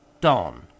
Dawn